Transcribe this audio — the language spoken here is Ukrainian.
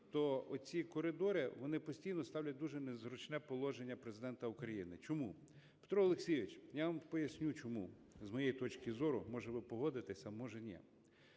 то оці коридори, вони постійно ставлять в дуже незручне положення Президента України. Чому? Петро Олексійович, я вам поясню чому, з моєї точки зору. Може, ви погодитесь, а може – ні.